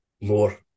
more